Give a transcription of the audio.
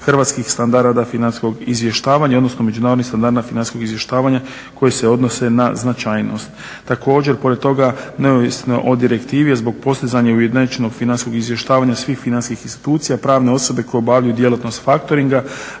hrvatskih standarda financijskog izvještavanja, odnosno međunarodnih standarda financijskog izvještavanja koji se odnose na značajnost. Također, pored toga neovisno o direktivi je zbog postizanja ujednačenog financijskog izvještavanja svih financijskih institucija pravne osobe koje obavljaju djelatnost factoringa